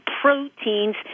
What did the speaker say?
proteins